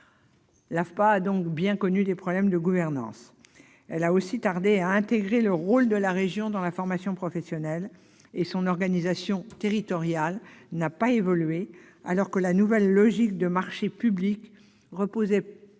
général ». Outre ces problèmes de gouvernance, l'AFPA a tardé à intégrer le rôle de la région dans la formation professionnelle, et son organisation territoriale n'a pas évolué, alors que la nouvelle logique de marché public reposait non